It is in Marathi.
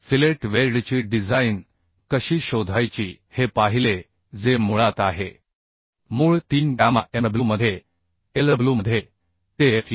फिलेट वेल्डची डिझाइन कशी शोधायची हे पाहिले जे मुळात आहे मूळ 3 गॅमा mw मध्ये Lw मध्ये te fu